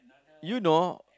you know